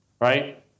Right